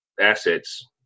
assets